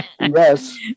Yes